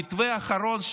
המתווה האחרון,